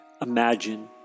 Imagine